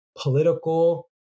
political